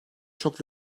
çok